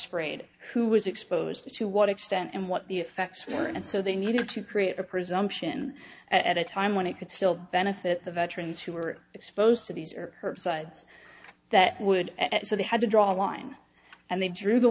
sprayed who was exposed to what extent and what the effects were and so they needed to create a presumption at a time when it could still benefit the veterans who were exposed to these are herbicides that would at so they had to draw a line and they drew the